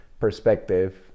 perspective